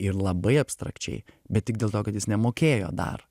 ir labai abstrakčiai bet tik dėl to kad jis nemokėjo dar